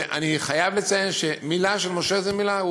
ואני חייב לציין שמילה של משה זה מילה.